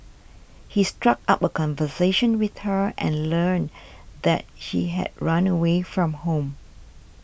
he struck up a conversation with her and learned that he had run away from home